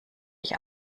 ich